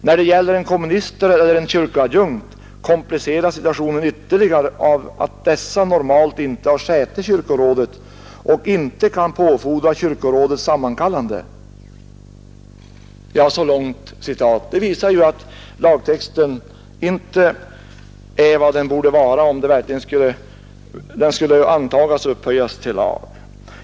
När det gäller en komminister eller en kyrkoadjunkt kompliceras situationen ytterligare av att dessa normalt inte har säte i kyrkorådet och inte kan påfordra kyrkorådets sammankallande.” Så långt citaten. De visar ju att lagtexten inte är vad den borde vara, om den skulle antagas och upphöjas till lag.